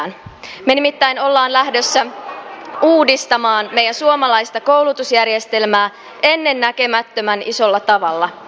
me nimittäin olemme lähdössä uudistamaan meidän suomalaista koulutusjärjestelmää ennennäkemättömän isolla tavalla